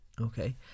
okay